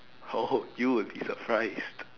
oh you would be surprised